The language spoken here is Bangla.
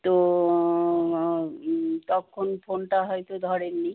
তো তখন ফোনটা হয়তো ধরেননি